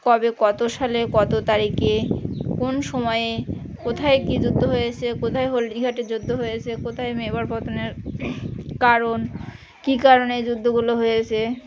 কবে কত সালে কত তারিখে কোন সময়ে কোথায় কী যুদ্ধ হয়েছে কোথায় হলদিঘাটের যুদ্ধ হয়েছে কোথায় মেবার পতনের কারণ কী কারণে যুদ্ধগুলো হয়েছে